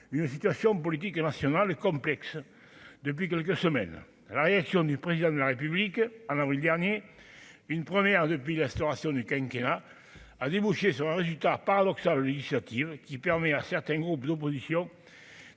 une situation politique nationale et complexe depuis quelques semaines à la réaction du président de la République en avril dernier, une première depuis l'instauration du quinquennat a débouché sur un résultat paradoxal : l'initiative qui permet à certains groupes d'opposition